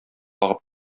агып